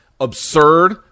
absurd